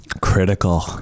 critical